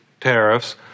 tariffs